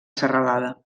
serralada